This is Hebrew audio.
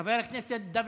חבר הכנסת דוידסון,